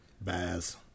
Baz